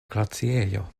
glaciejo